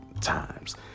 times